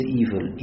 evil